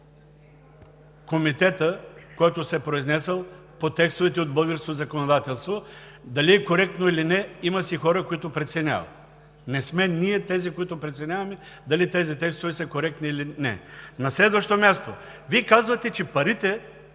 Комитета, който се е произнесъл по текстовете от българското законодателство. Дали е коректно или не – има си хора, които преценяват. Не сме ние тези, които преценяваме дали тези текстове са коректни или не. На следващо място, Вие казвате, че парите